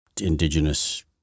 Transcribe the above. indigenous